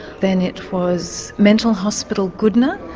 then it was mental hospital, goodna,